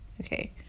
Okay